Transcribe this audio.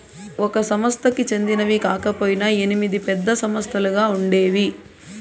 ఒక సంస్థకి చెందినవి కాకపొయినా ఎనిమిది పెద్ద సంస్థలుగా ఉండేవి